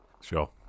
Sure